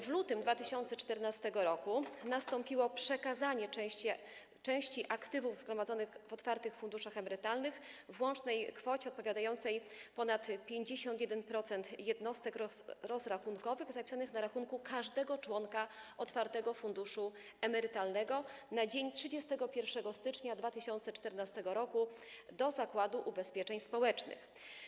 W lutym 2014 r. nastąpiło przekazanie części aktywów zgromadzonych w otwartych funduszach emerytalnych w łącznej kwocie odpowiadającej ponad 51% jednostek rozrachunkowych zapisanych na rachunku każdego członka otwartego funduszu emerytalnego na dzień 31 stycznia 2014 r. do Zakładu Ubezpieczeń Społecznych.